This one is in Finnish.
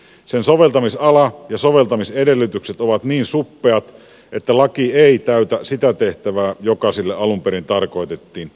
sen soveltamisala ja soveltamisedellytykset ovat niin suppeat että laki ei täytä sitä tehtävää joka sille alun perin tarkoitettiin